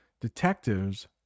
detectives